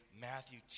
Matthew